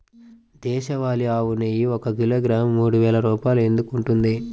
దేశవాళీ ఆవు నెయ్యి ఒక కిలోగ్రాము మూడు వేలు రూపాయలు ఎందుకు ఉంటుంది?